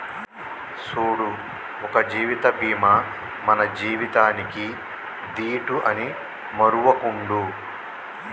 సూడు ఒక జీవిత బీమా మన జీవితానికీ దీటు అని మరువకుండు